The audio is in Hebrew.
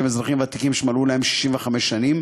שהם אזרחים ותיקים שמלאו להם 65 שנים,